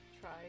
try